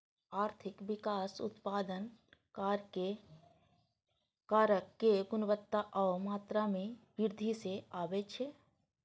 आर्थिक विकास उत्पादन कारक के गुणवत्ता आ मात्रा मे वृद्धि सं आबै छै